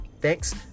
Thanks